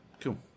Cool